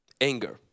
anger